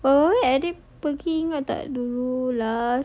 wild wild wet I think pergi ingat tak dulu lah